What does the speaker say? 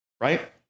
right